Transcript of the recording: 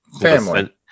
family